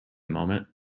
moment